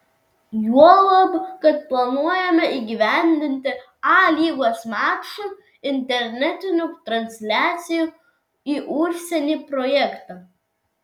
juolab kad planuojame įgyvendinti a lygos mačų internetinių transliacijų į užsienį projektą